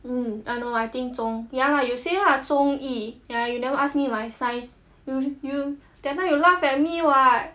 um I know I think 中 ya lah you say lah 中一 yah you never ask me my size you you that time you laugh at me [what]